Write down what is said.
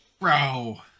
bro